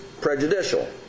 prejudicial